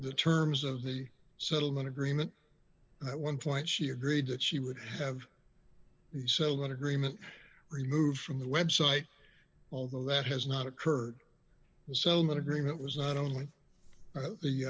the terms of the settlement agreement at one point she agreed that she would have the settlement agreement removed from the website although that has not occurred and so much agreement was not only the